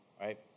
right